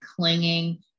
clinging